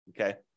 okay